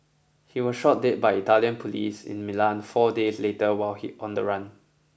he was shot dead by Italian police in Milan four days later while on the run